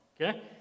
okay